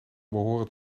behoren